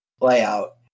layout